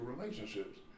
relationships